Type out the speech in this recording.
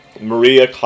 Maria